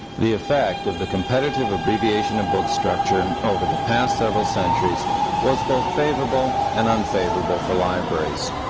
the effect of the competitive abbreviation of book structure over the past several centuries was both favorable and unfavorable for libraries.